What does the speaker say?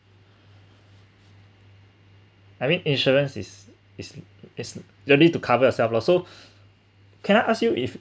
I mean insurance is is is you need to cover yourself loh so can I ask you if